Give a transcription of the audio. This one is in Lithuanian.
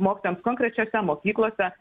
mokytojams konkrečiose mokyklose